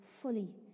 fully